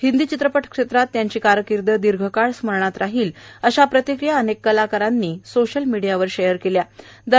हिंदी चित्रपट क्षेत्रात त्यांची कारकीर्द दीर्घकाळ स्मरणात राहील अशी प्रतिक्रिया अनेक कलाकारांनी सोशल मीडिया वर शेअर केली आहे